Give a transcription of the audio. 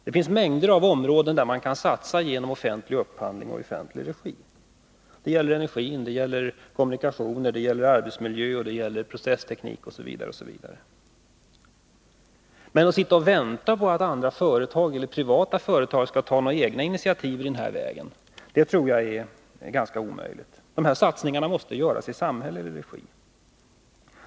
Det finns mängder av områden där man kan satsa genom offentlig upphandling och i offentlig regi. Det gäller energin, det gäller kommunikationer, det gäller arbetsmiljö, det gäller processteknik osv. Men att sitta och vänta på att privata företag skall ta några egna initiativ i den vägen tror jag är ganska omöjligt. Dessa satsningar måste göras i samhällelig regi.